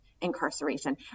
incarceration